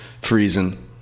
freezing